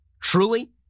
Truly